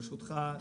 ברשותך,